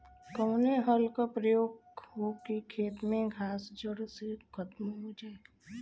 कवने हल क प्रयोग हो कि खेत से घास जड़ से खतम हो जाए?